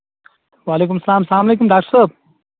وعلیکُم السلام السلام علیکُم ڈاکٹر صٲب